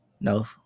No